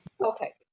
Okay